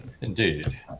Indeed